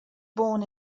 born